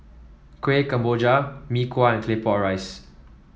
Kueh Kemboja Mee Kuah and Claypot Rice